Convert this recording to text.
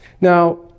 now